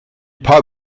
paar